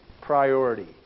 priority